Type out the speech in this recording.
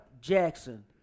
Jackson